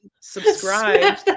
Subscribe